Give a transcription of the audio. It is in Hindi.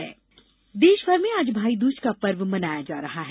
भाईदूज देशभर में आज भाई दूज का पर्व मनाया जा रहा है